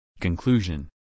Conclusion